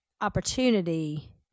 opportunity